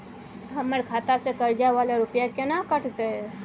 हमर खाता से कर्जा वाला रुपिया केना कटते?